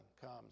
comes